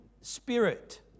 spirit